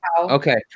Okay